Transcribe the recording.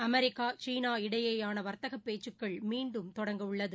America சீனா இடையேயானவா்த்தகபேச்சுக்கள் மீண்டும் தொடங்கவுள்ளது